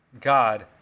God